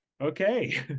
okay